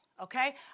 okay